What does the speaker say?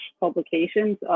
publications